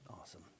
Awesome